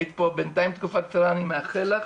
היית כאן בינתיים תקופה קצרה ואני מאחל לך